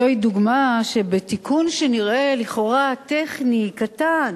זוהי דוגמה שבתיקון שנראה לכאורה טכני, קטן,